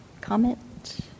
Comment